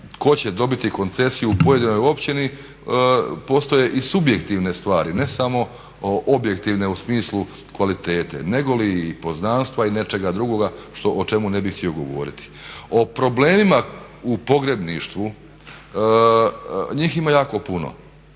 tko će dobiti koncesiju u pojedinoj općini postoje i subjektivne stvari ne samo objektivne u smislu kvalitete nego li i poznanstva i nečega drugoga o čemu ne bih htio govoriti. O problemima u pogrebništvu, njih ima jako puno